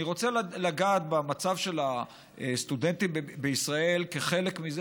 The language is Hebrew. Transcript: אני רוצה לגעת במצב של הסטודנטים בישראל כחלק מזה